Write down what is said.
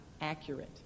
accurate